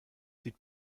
sieht